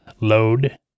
load